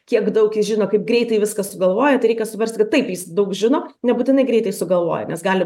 kiek daug jis žino kaip greitai viską sugalvoja tai reikia suprasti kad taip jis daug žino nebūtinai greitai sugalvoja nes gali